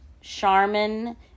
Charmin